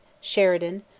Sheridan